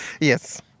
yes